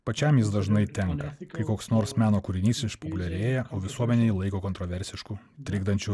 pačiam jis dažnai tenka kai koks nors meno kūrinys išpopuliarėja o visuomenė jį laiko kontroversišku trikdančiu